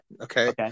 Okay